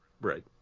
right